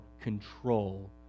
control